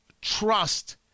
trust